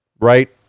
right